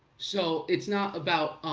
so, it's not about,